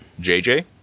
JJ